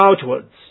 outwards